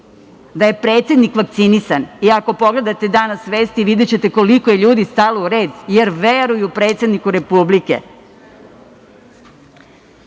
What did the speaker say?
da je predsednik vakcinisan. Ako pogledate danas vesti, videćete koliko je ljudi stalo u red jer veruju predsedniku Republike. Što